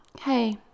hey